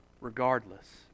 regardless